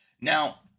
Now